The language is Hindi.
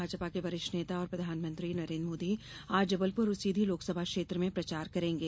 भाजपा के वरिष्ठ नेता और प्रधानमंत्री नरेन्द्र मोदी आज ॅजबलपुर और सीधी लोकसभा क्षेत्र में प्रचार करेंगे